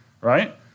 right